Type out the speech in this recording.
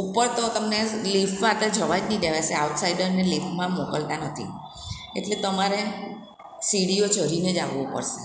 ઉપર તો તમને લિફ્ટમાં તે જવા જ નહીં દેવાશે આઉટસાઇડરને લિફ્ટમાં મોકલતા નથી એટલે તમારે સીડીઓ ચડીને જ આવવું પડશે